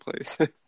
place